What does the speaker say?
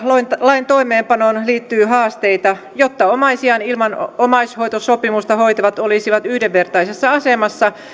lain toimeenpanoon liittyy haasteita jotta omaisiaan ilman omaishoitosopimusta hoitavat olisivat yhdenvertaisessa asemassa